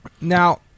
Now